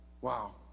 wow